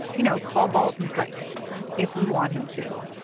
you know, call balls and strikes if we want him to.